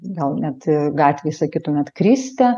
gal net gatvėj sakytumėt kriste